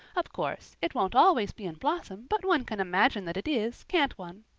of course, it won't always be in blossom, but one can imagine that it is, can't one?